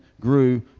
grew